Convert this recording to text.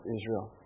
Israel